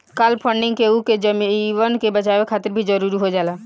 काल funding केहु के जीवन के बचावे खातिर भी जरुरी हो जाला